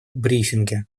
брифинги